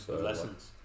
Lessons